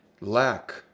lack